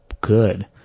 good